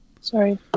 Sorry